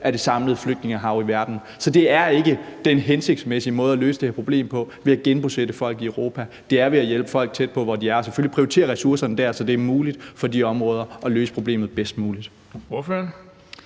af det samlede flygtningehav i verden. Så det er ikke en hensigtsmæssig måde at løse det her problem på at genbosætte folk i Europa. Det er at hjælpe folk tæt på, hvor de er, og selvfølgelig prioritere ressourcerne dér, så det er muligt for de områder at løse problemet bedst muligt. Kl.